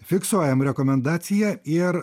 fiksuojam rekomendaciją ir